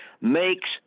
makes